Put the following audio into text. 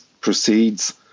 proceeds